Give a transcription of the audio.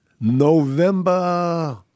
November